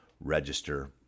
register